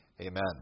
Amen